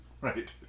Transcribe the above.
right